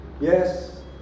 Yes